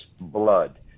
blood